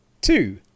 Two